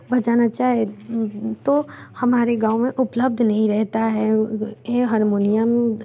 बजाना चाहे है तो हमारे गाँव में उपलब्ध नहीं रहता है हरमोनियम